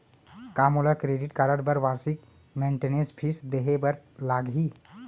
का मोला credit card बर वार्षिक मेंटेनेंस फीस देहे बर लागही?